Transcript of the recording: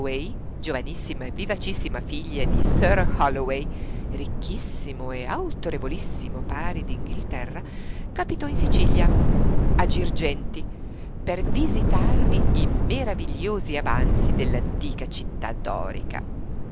giovanissima e vivacissima figlia di sir w h holloway ricchissimo e autorevolissimo pari d'inghilterra capitò in sicilia a girgenti per visitarvi i maravigliosi avanzi dell'antica città dorica